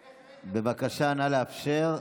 בבקשה, נא לאפשר לדוברת.